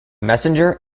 messenger